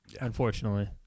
unfortunately